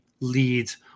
leads